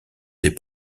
des